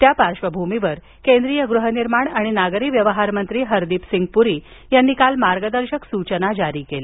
त्या पार्श्वभूमीवर केंद्रीय गृहनिर्माण आणि नागरी व्यवहार मंत्री हरदीप सिंग प्री यांनी काल मार्गदर्शक सूचना जारी केल्या